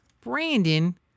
Brandon